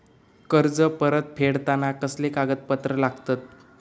कर्ज परत फेडताना कसले कागदपत्र लागतत?